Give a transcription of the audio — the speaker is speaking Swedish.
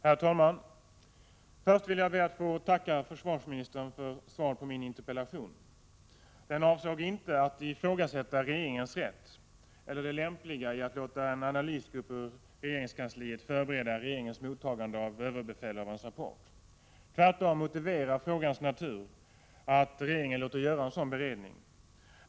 Herr talman! Först vill jag be att få tacka försvarsministern för svaret på min interpellation. Den avsåg inte att ifrågasätta regeringens rätt eller det lämpliga i att låta en analysgrupp ur regeringskansliet förbereda regeringens mottagande av ÖB:s rapport. Tvärtom motiverar frågans natur att regeringen låter göra en sådan beredning.